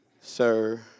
Sir